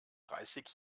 dreißig